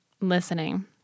listening